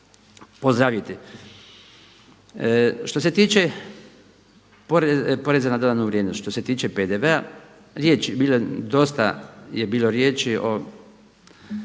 pozdraviti. Što se tiče poreza na dodanu vrijednost, što se tiče PDV-a dosta je bilo riječi o